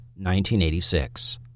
1986